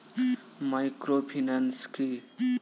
Microfinance কি?